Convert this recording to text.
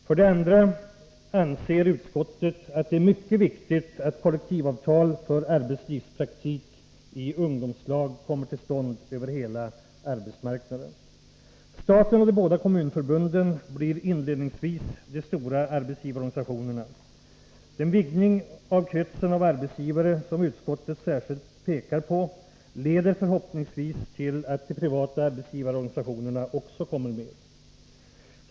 För det andra anser utskottet att det är mycket viktigt att kollektivavtal för arbetslivspraktik i ungdomslag kommer till stånd över hela arbetsmarknaden. Staten och de båda kommunförbunden blir inledningsvis de stora arbetsgivarorganisationerna. Den vidgning av kretsen av arbetsgivare som utskottet - särskilt pekar på leder förhoppningsvis till att de privata arbetsgivarorganisationerna också kommer med.